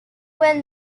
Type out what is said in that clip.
win